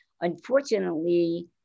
Unfortunately